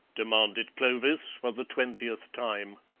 demanded clovis for the twentieth time.